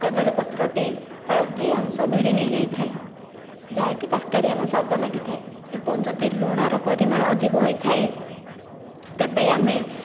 କଦଳୀ ପତ୍ର ଟି ହଳଦୀ ଅଂଶ ଭିଡ଼ି ନେଇଯାଇଥାଏ ଯାହାକି ତରକାରୀ ଆମର ସ୍ୱାଦ ଲାଗିଥାଏ ଏବଂ ଯଦି ଲୁଣ ର ପରିମାଣ ଅଧିକ ହୋଇଥାଏ ତେବେ ଆମେ